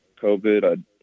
COVID